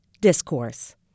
discourse